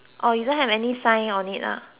sign on it ah